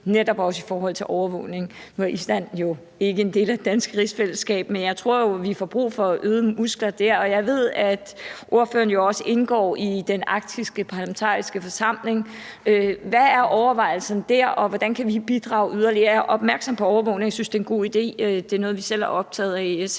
netop også i forhold til overvågning. Nu er Island jo ikke en del af det danske rigsfællesskab, men jeg tror, vi får brug for øgede muskler der, og jeg ved, at fru Aaja Chemnitz jo også indgår i den arktiske parlamentariske forsamling. Hvad er overvejelsen dér, og hvordan kan vi bidrage yderligere? Jeg er opmærksom på det med overvågningen, og jeg synes, det er en god idé at se på det. Det er noget, vi selv er optaget af i